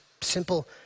simple